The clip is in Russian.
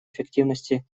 эффективности